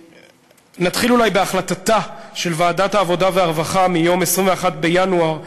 נתחיל אולי בהחלטתה של ועדת העבודה והרווחה מיום 21 בינואר 2015,